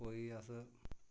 कोई अस